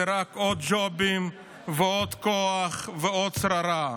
זה רק עוד ג'ובים ועוד כוח ועוד שררה.